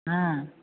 हा